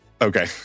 Okay